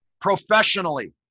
professionally